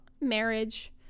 marriage